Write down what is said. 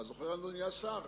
אתה זוכר, אדוני השר?